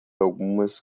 algumas